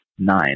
nine